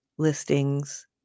listings